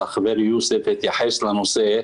והחבר יוסף התייחס לנושא.